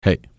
Hey